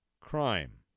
crime